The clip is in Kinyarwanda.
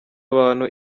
abantu